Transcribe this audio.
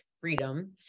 freedom